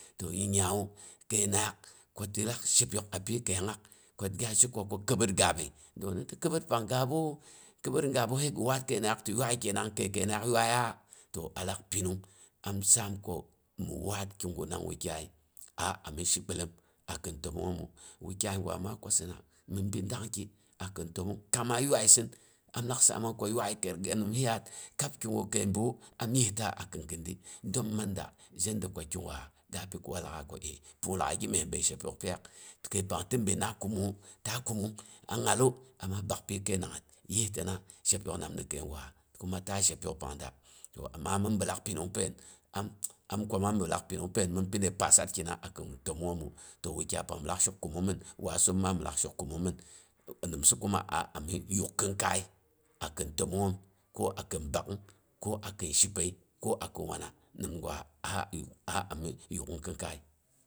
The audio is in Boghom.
To nyawu kəinangngaak, ko ti lak shepyok apyi kəiyongngak ko gya she ko kɨɓəit gaabbəi, to mi ti kɨbəit pang gaabbu, kɨbəitgaabbu sai gi waat kəinangngaaku ti yuaiya kenang, kəi kəinangyang yuaiya? To alak pinung. Am saam ko mi waat kiguna wukyai a am shibilom a kin təmongngomu. Wukyai gira ma kwasɨna mɨn bi danki akin təmong kang maa yuaisin, am lak saamang ko yilai kəi byeet, nimsi yaat kab kigu kəi biwu am yisga akin kindi, dəm man da, zhenida ko kigu ga pikawa la aa, ko əi, pung lag'ai gimyes bəi shepyok pyiyaak, kəipang ti binna kumungnga ta kumung, a nyalu ama bak pyi kəinangngət yistina zi shepyok nam mi kəigwa kuma ta shepyok pang da to amma mɨn bi lak pinung pain, am kwa, am kwa ma bilak pinung pain, mɨn pi de pasarkina akin təmongngooma to wukyai pang, min lak shok kumung mɨn, waasoom ma mɨn lak shok kumung min nimsa kuma a ami yak kinkai a kin təmongngoom, ko akin bak'ung, ko a kin shipəi, ko a kin wana. Nimgwa ha ami ha ami yuk'ung kinkai.